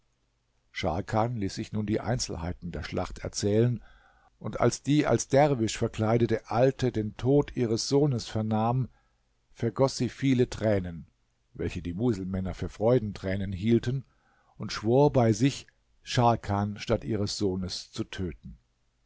scharkan ließ sich nun die einzelheiten der schlacht erzählen und als die als derwisch verkleidete alte den tod ihres sohnes vernahm vergoß sie viele tränen welche die muselmänner für freudentränen hielten und schwor bei sich scharkan statt ihres sohnes zu töten